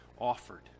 offered